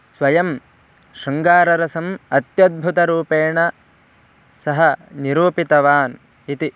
स्वयं शृङ्गाररसम् अत्यद्भुतरूपेण सः निरूपितवान् इति